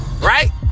right